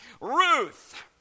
Ruth